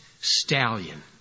stallion